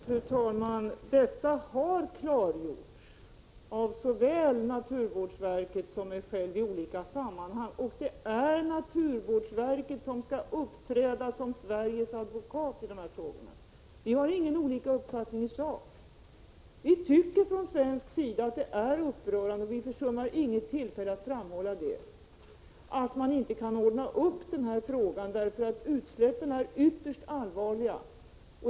Fru talman! Detta har klargjorts av såväl naturvårdsverket som mig själv i olika sammanhang, och det är naturvårdsverket som skall uppträda som Sveriges advokat i de här frågorna. Vi har inte olika uppfattning i sak. Vi tycker från svensk sida att det är upprörande, och vi försummar inget tillfälle att framhålla det, att man inte kan ordna upp den här frågan, för utsläppen är ytterst allvarliga.